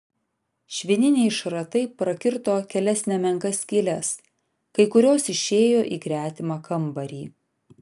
švininiai šratai prakirto kelias nemenkas skyles kai kurios išėjo į gretimą kambarį